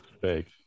Fake